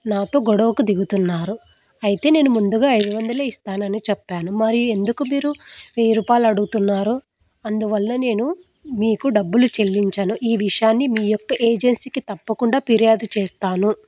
నాతో గొడవకు దిగుతున్నారు అయితే నేను ముందుగా ఐదు వందలే ఇస్తానని చెప్పాను మరి ఎందుకు మీరు వెయ్యి రూపాయలు అడుగుతున్నారుర అందువల్ల నేను మీకు డబ్బులు చెల్లించాను ఈ విషయాన్ని మీ యొక్క ఏజెన్సీకి తప్పకుండా ఫిర్యాదు చేస్తాను